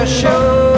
Show